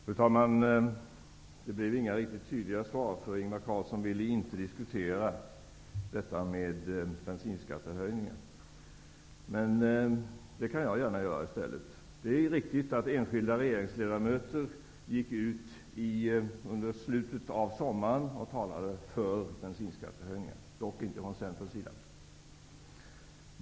Fru talman! Det blev inga riktigt tydliga svar. Ingvar Carlsson ville inte diskutera det här med bensinskattehöjningen. Men det gör jag gärna. Det är riktigt att enskilda regeringsledamöter i slutet av sommaren gick ut och talade för bensinskattehöjningar -- dock inte från Centerns sida.